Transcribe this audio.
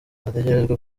hategerejwe